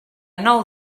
nou